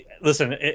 Listen